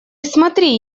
смотри